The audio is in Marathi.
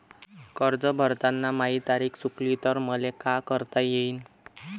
कर्ज भरताना माही तारीख चुकली तर मले का करता येईन?